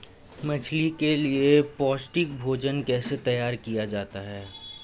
मछली के लिए पौष्टिक भोजन कैसे तैयार किया जाता है?